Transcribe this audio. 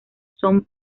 son